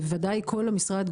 וודאי כל המשרד,